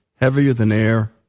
heavier-than-air